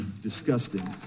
Disgusting